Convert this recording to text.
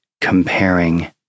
comparing